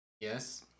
yes